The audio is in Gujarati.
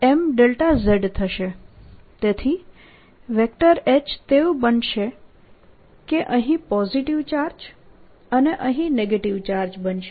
તેથી H તેવું બનશે કે અહીં પોઝીટીવ ચાર્જ અને અહીં નેગેટીવ ચાર્જ બનશે